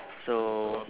so